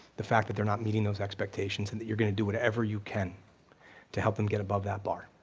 the fact that they're not meeting those expectations and that you're gonna do whatever you can to help them get above that bar.